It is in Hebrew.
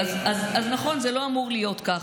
אז נכון, זה לא אמור להיות כך.